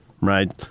right